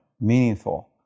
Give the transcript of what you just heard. meaningful